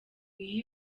iyo